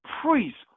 priests